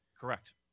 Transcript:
Correct